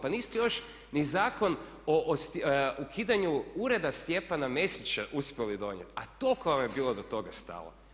Pa niste još ni Zakon o ukidanju ureda Stjepana Mesića uspjeli donijeti, a toliko vam je bilo do toga stalo.